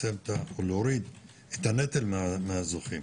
להוריד את הנטל מהאזרחים.